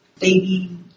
baby